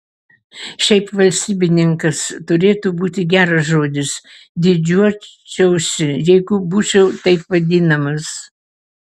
šiaip valstybininkas turėtų būti geras žodis didžiuočiausi jeigu būčiau taip vadinamas